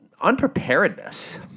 Unpreparedness